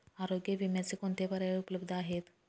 आरोग्य विम्याचे कोणते पर्याय उपलब्ध आहेत?